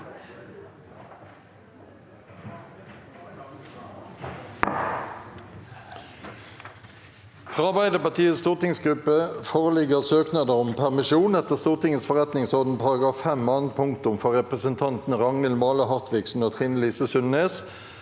Fra Arbeiderpartiets stor- tingsgruppe foreligger søknader om permisjon etter Stortingets forretningsorden § 5 annet punktum for representantene Ragnhild Male Hartviksen og Trine Lise Sundnes